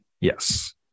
Yes